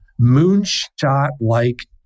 moonshot-like